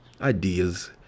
ideas